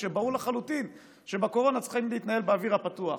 כשברור לחלוטין שבקורונה צריכים להתנהל באוויר הפתוח,